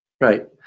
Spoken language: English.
right